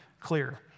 clear